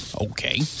okay